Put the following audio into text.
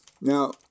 now